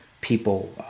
people